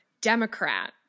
Democrat